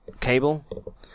cable